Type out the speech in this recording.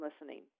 listening